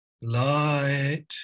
light